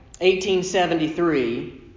1873